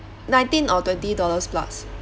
nineteen or twenty dollars plus